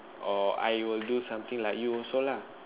or I will do something like you also lah